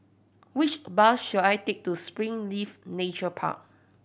which a bus should I take to Springleaf Nature Park